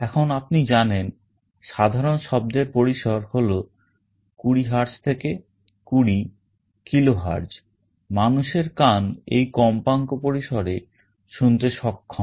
এখন আপনি জানেন সাধারণ শব্দের পরিসর হল 20 Hz থেকে 20 KHz মানুষের কান এই কম্পাঙ্ক পরিসরে শুনতে সক্ষম